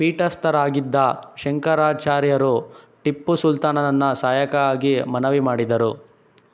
ಪೀಠಸ್ಥರಾಗಿದ್ದ ಶಂಕರಾಚಾರ್ಯರು ಟಿಪ್ಪು ಸುಲ್ತಾನನ್ನ ಸಹಾಯಕ್ಕಾಗಿ ಮನವಿ ಮಾಡಿದರು